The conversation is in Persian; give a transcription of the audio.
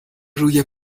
روی